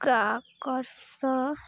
crackers